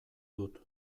dut